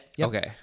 Okay